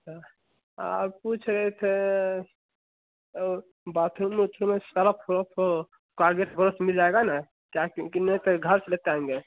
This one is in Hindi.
अच्छा आ पूछ रहे थे और बाथरूम में सरफ उरफ कारगेट ब्रस मिल जाएगा न क्या किन की नहीं तो घर से लेकर आएँगे